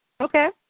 Okay